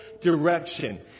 direction